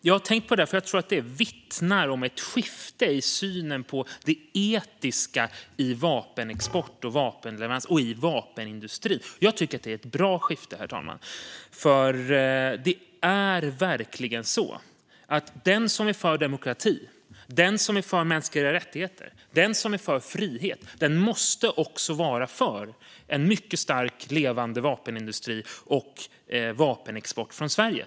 Jag har tänkt på det där, och jag tror att det vittnar om ett skifte i synen på det etiska i vapenexport, vapenleveranser och vapenindustri. Jag tycker att det är ett bra skifte, herr talman, för det är verkligen så att den som är för demokrati, mänskliga rättigheter och frihet också måste vara för en mycket stark och levande vapenindustri och vapenexport från Sverige.